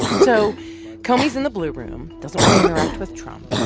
so comey's in the blue room, doesn't want to interact with trump,